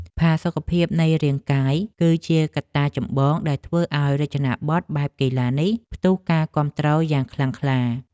ផាសុកភាពនៃរាងកាយ គឺជាកត្តាចម្បងដែលធ្វើឱ្យរចនាប័ទ្មបែបកីឡានេះផ្ទុះការគាំទ្រយ៉ាងខ្លាំងខ្លា។